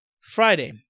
Friday